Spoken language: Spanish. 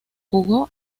jugó